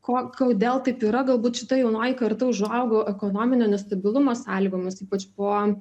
ko kodėl taip yra galbūt šita jaunoji karta užaugo ekonominio nestabilumo sąlygomis ypač po